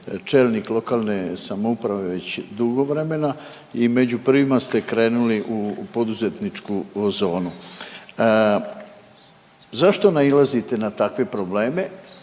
čelnik lokalne samouprave već dugo vremena i među prvima ste krenuli u poduzetničku zonu. Zašto nailazite na takve probleme